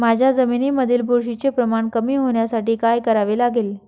माझ्या जमिनीमधील बुरशीचे प्रमाण कमी होण्यासाठी काय करावे लागेल?